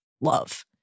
love